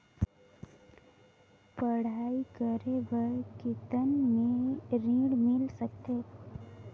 पढ़ाई करे बार कितन ऋण मिल सकथे?